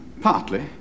Partly